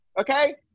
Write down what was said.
okay